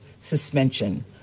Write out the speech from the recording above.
suspension